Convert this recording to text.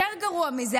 יותר גרוע מזה,